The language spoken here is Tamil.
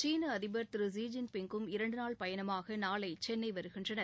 சீன அதிபா் திரு ஸி ஜின் பிங்கம் இரண்டுநாள் பயணமாக நாளை சென்னை வருகின்றனர்